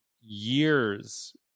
years